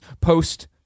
Post